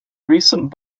recent